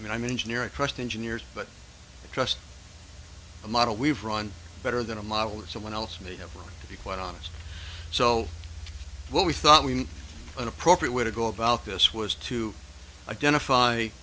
and i'm engineer i trust engineers but i trust a model we've run better than a model that someone else may have or to be quite honest so what we thought we an appropriate way to go about this was to identify